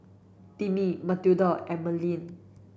Timmie Matilda and Marlen